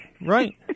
right